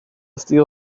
steel